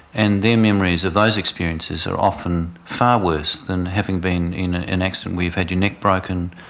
and their memories of those experiences are often far worse than having been in an an accident where you've had your neck broken,